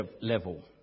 level